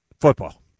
Football